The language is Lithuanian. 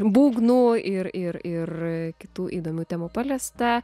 būgnų ir ir ir kitų įdomių temų paliesta